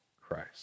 Christ